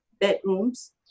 bedrooms